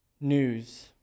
news